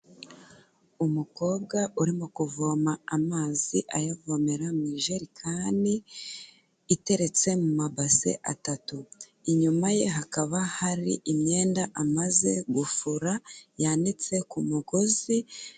Umukobwa urimo kuvoma amazi ayavomera mu ijerikani, iteretse mu mabase atatu. Inyuma ye hakaba hari imyenda amaze gufura, yanitse ku mugozi.